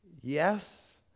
yes